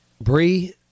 Bree